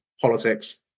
politics